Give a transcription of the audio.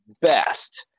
best